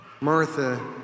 Martha